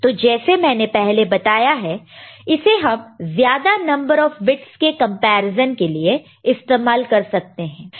तो जैसे मैंने पहले बताया है इसे हम ज्यादा नंबर ऑफ बिट्स के कंपैरिजन के लिए इस्तेमाल कर सकते हैं